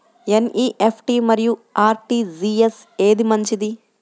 NEFT మరియు RTGS ఏది మంచిది?